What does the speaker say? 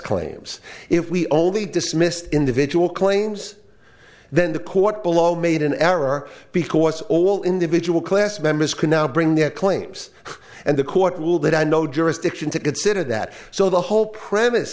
claims if we only dismissed individual claims then the court below made an error because all individual class members can now bring their claims and the court rule that i know jurisdiction to consider that so the whole premise